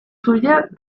suyas